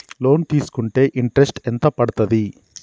Loan తీస్కుంటే interest ఎంత పడ్తది?